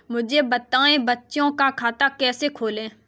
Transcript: मुझे बताएँ बच्चों का खाता कैसे खोलें?